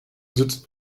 sitzt